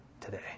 today